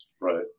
Right